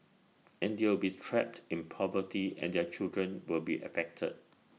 and they will be trapped in poverty and their children will be affected